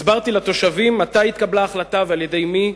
הסברתי לתושבים מתי התקבלה ההחלטה ועל-ידי מי.